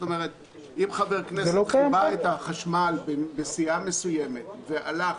אם חבר כנסת כיבה את החשמל בסיעה מסוימת ועבר